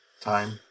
time